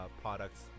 products